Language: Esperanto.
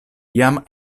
jam